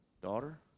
daughter